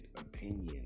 opinion